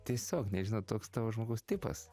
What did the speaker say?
tiesiog nežinau toks tavo žmogaus tipas